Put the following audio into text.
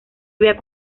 había